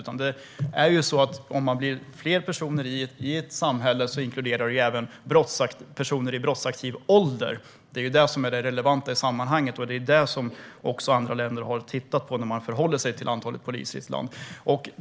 Men om det blir fler personer i ett samhälle inkluderar det även personer i brottsaktiv ålder. Det är det relevanta i sammanhanget, och det är det som andra länder har tittat på när de tittar på antalet poliser.